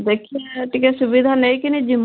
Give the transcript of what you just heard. ଦେଖିଆ ଟିକିଏ ସୁବିଧା ନେଇକିନି ଯିମୁ